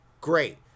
great